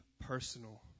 personal